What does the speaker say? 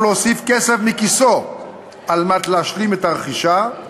להוסיף כסף מכיסו כדי להשלים את הרכישה,